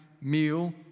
meal